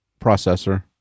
processor